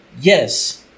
Yes